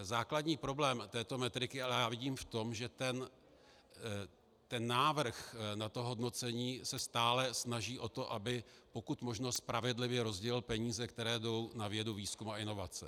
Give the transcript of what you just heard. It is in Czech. Základní problém této metriky ale já vidím v tom, že ten návrh na hodnocení se stále snaží o to, aby pokud možno spravedlivě rozdělil peníze, které jdou na vědu, výzkum a inovace.